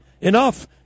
Enough